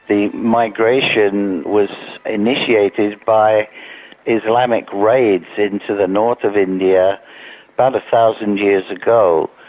the migration was initiated by islamic raids into the north of india about a thousand years ago,